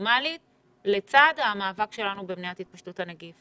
נורמלית לצד המאבק שלנו במניעת התפשטות הנגיף.